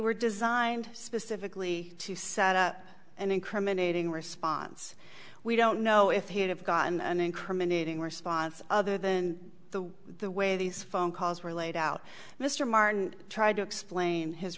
were designed specifically to set up an incriminating response we don't know if he would have gotten an incriminating response other than the the way these phone calls were laid out mr martin tried to explain his